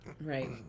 right